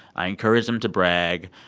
i encourage them to brag.